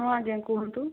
ହଁ ଆଜ୍ଞା କୁହନ୍ତୁ